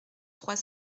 trois